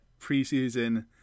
preseason